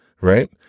right